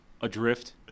adrift